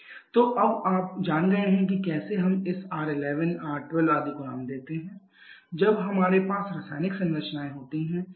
तो अब आप जान गए हैं कि कैसे हम इस R11 R12 आदि को नाम देते हैं जब हमारे पास रासायनिक संरचना होती है